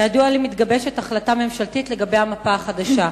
כידוע לי, מתגבשת החלטה ממשלתית לגבי המפה החדשה.